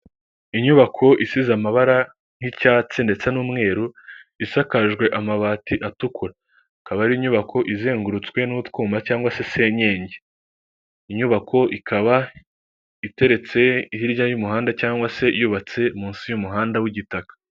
Inyubako isize amabara y'icyatsi ndetse n'umweru isakajwe amabati atukura, akaba ari inyubako izengurutswe n'utwuma cyangwa se senyenge, inyubako ikaba iteretse hirya y'umuhanda cyangwa se yubatse munsi y'umuhanda w'igitaka.